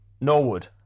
Norwood